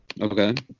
Okay